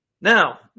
Now